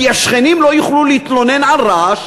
כי השכנים לא יוכלו להתלונן על רעש